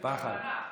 יו"ר הכנסת,